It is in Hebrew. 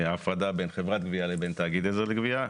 הפרדה בין חברת גבייה לבין תאגיד עזר לגבייה.